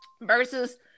Versus